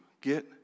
get